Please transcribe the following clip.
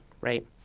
right